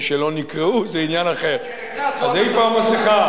זה שלא נקראו, זה עניין אחר, אז איפה המסכה?